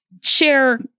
share